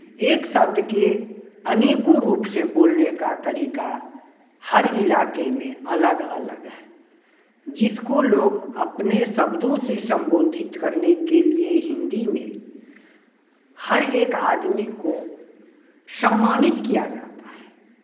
एक शब्द के अनेकों रूप से बोलने का तरीका हर इलाके में अलग अलग है जिसको लोग अपने शब्दों से संबोधित करने के लिए हिंदी में हर एक आदमी को सम्मानित किया जाता है